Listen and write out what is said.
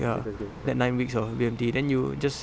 ya that nine weeks of B_M_T then you just